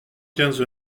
quinze